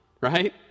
Right